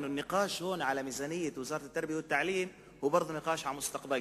כן ברצוני להעיר שהדיון פה על תקציב משרד החינוך הוא גם דיון על עתידכם,